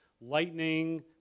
lightning